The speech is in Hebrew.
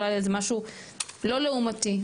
אולי לאיזה משהו לא לאומתי,